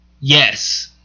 yes